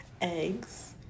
eggs